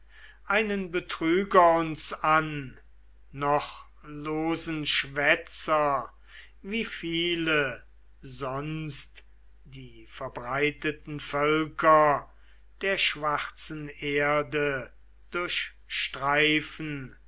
einen betrüger uns an noch losen schwätzer wie viele sonst die verbreiteten völker der schwarzen erde durchstreifen